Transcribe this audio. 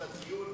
בשנת 1929,